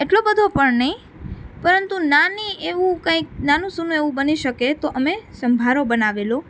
એટલો બધો પણ નહીં પરંતુ નાની એવું કંઇક નાનું સૂનું એવું બની શકે તો અમે સંભારો બનાવેલો